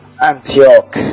Antioch